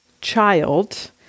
child